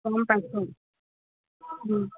গম পাইছোঁ